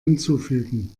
hinzufügen